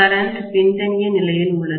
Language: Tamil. கரண்ட் பின்தங்கிய நிலையில் உள்ளது